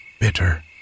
Bitter